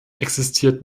existiert